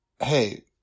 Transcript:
Hey